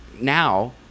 now